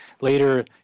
later